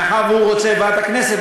מאחר שהוא רוצה ועדת הכנסת,